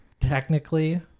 technically